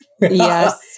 Yes